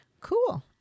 cool